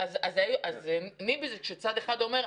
נמב"י זה כשצד אחד אומר,